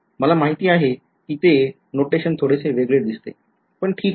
मला माहितीये कि ते नोटेशन थोडेसे वेगळे दिसते पण ठीक आहे